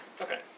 Okay